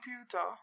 computer